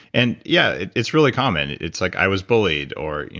and yeah it's really common. it's like, i was bullied, or,